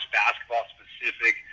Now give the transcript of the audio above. basketball-specific